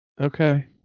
Okay